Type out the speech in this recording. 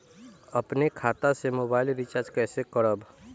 अपने खाता से मोबाइल रिचार्ज कैसे करब?